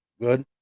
Good